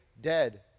dead